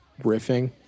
riffing